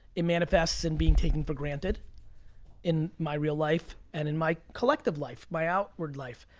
it manifests in being taken for granted in my real life and in my collective life, my outward life.